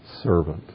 servant